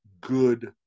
good